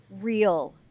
real